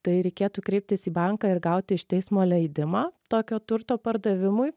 tai reikėtų kreiptis į banką ir gauti iš teismo leidimą tokio turto pardavimui